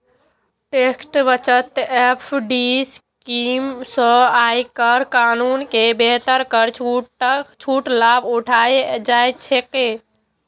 tax बचत FD scheme सं आयकर कानून के तहत कर छूटक लाभ उठाएल जा सकैए